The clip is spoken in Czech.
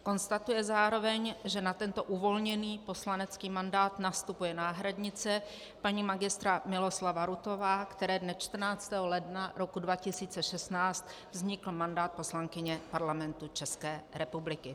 Konstatuje zároveň, že na tento uvolněný poslanecký mandát nastupuje náhradnice paní Mgr. Miloslava Rutová, které dne 14. ledna roku 2016 vznikl mandát poslankyně Parlamentu České republiky.